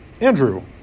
Andrew